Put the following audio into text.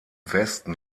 westen